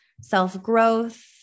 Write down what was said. self-growth